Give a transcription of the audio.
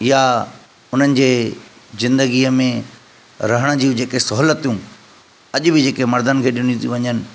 या उन्हनि जी ज़िंदगीअ में रहण जूं जेके सहुलियतूं अॼु बि जेके मर्दनि खे ॾिनियूं थी वञनि